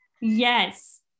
Yes